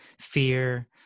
fear